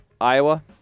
Iowa